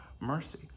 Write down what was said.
mercy